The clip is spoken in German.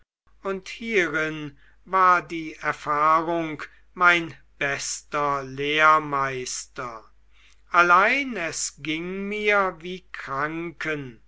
und hierin war die erfahrung mein bester lehrmeister allein es ging mir wie kranken